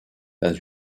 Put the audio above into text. dans